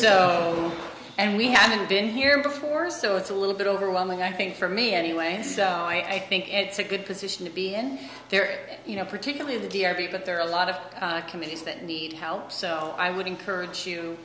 so and we haven't been here before so it's a little bit overwhelming i think for me anyway and i think it's a good position to be in there and you know particularly the d r v but there are a lot of communities that need help so i would encourage you